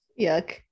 Yuck